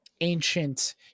ancient